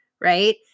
right